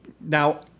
Now